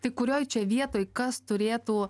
tai kurioj čia vietoj kas turėtų